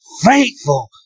faithful